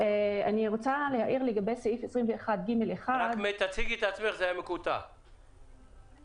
סעיף 21ג1, התחולה שלו